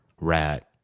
Rat